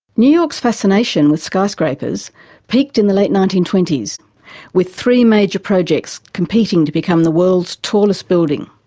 new york's fascination with skyscrapers peaked in the late nineteen twenty s with three major projects competing to become the world's tallest building.